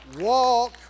walk